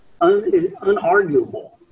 unarguable